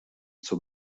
zur